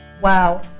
wow